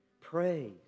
Praise